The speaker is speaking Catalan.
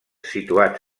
situats